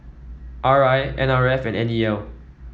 R I N R F and N E L